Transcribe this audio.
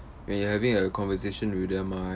when you're having a conversation with them ah